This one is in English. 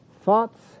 thoughts